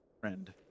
friend